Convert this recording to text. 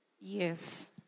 Yes